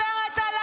אתם השתגעתם.